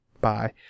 Bye